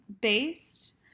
based